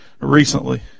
recently